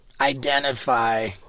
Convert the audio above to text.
identify